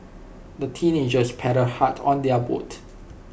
the teenagers paddled hard on their boat